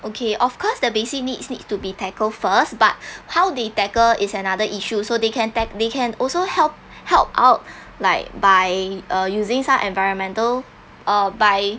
okay of course the basic needs needs to be tackled first but how they tackle is another issue so they can tac~ they can also help help out like by uh using some environmental uh by